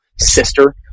sister